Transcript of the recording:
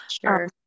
sure